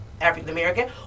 African-American